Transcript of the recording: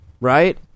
right